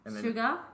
Sugar